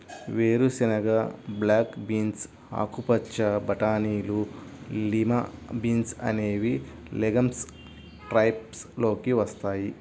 వేరుశెనగ, black beans, ఆకుపచ్చ బటానీలు, లిమా బీన్స్ అనేవి లెగమ్స్ టైప్స్ లోకి వస్తాయి